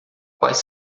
quais